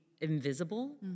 invisible